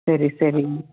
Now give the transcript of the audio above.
சரி சரிங்க